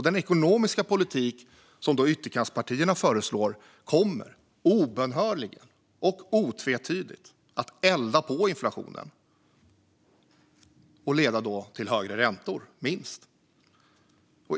Den ekonomiska politik som ytterkantspartierna föreslår kommer obönhörligen och otvetydigt att elda på inflationen och leda till högre räntor.